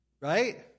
Right